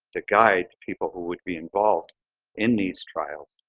to guide people who would be involved in these trials,